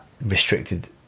restricted